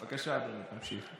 בבקשה, אדוני, תמשיך.